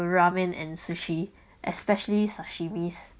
ramen and sushi especially sashimis